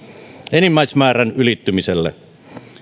enimmäismäärän ylittymiselle